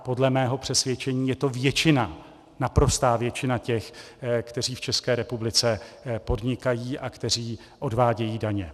Podle mého přesvědčení je to většina, naprostá většina těch, kteří v České republice podnikají a kteří odvádějí daně.